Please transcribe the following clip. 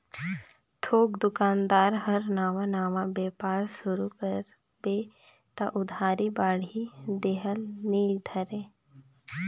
थोक दोकानदार हर नावा नावा बेपार सुरू करबे त उधारी बाड़ही देह ल नी धरे